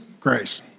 grace